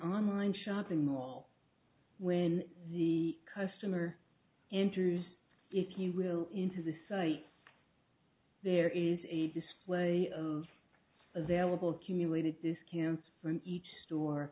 online shopping mall when the customer enters if you will into the site there is a display of available accumulated this campus for each store